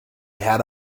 had